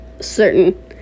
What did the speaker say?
certain